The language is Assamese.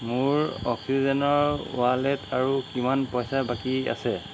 মোৰ অক্সিজেনৰ ৱালেট আৰু কিমান পইচা বাকী আছে